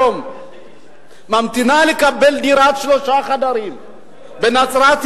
היום לקבלת דירת שלושה חדרים בנצרת-עילית,